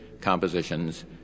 compositions